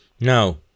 No